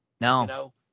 No